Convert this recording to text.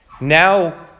now